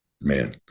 Man